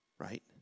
Right